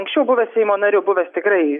anksčiau buvęs seimo nariu buvęs tikrai